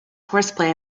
horseplay